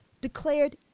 declared